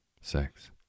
six